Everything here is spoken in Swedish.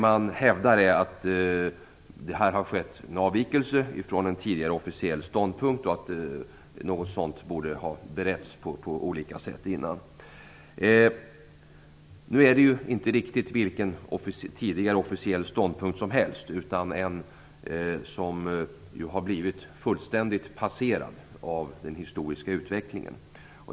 Man hävdar att här har skett en avvikelse från en tidigare officiell ståndpunkt och att det borde ha beretts på olika sätt. Nu handlar det ju inte om vilken tidigare officiell ståndpunkt som helst, utan en som blivit fullständigt passerad av den historiska utvecklingen.